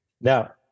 Now